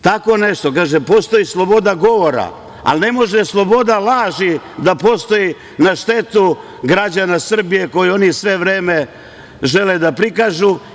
Kaže – postoji sloboda govora, ali ne može sloboda laži da postoji na štetu građana Srbije, koju oni sve vreme žele da prikažu.